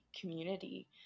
community